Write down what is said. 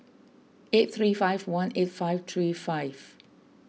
eight three five one eight five three five